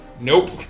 Nope